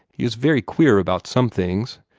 he is very queer about some things.